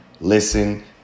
listen